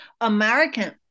American